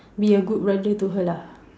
be a good brother to her lah